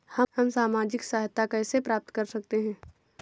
हम सामाजिक सहायता कैसे प्राप्त कर सकते हैं?